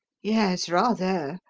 yes, rather.